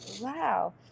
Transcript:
Wow